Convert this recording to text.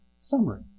summary